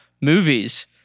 Movies